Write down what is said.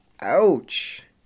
Ouch